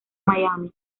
miami